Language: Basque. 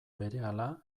berehala